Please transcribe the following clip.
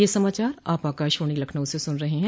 ब्रे क यह समाचार आप आकाशवाणी लखनऊ से सुन रहे हैं